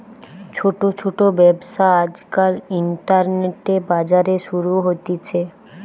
ছোট ছোট ব্যবসা আজকাল ইন্টারনেটে, বাজারে শুরু হতিছে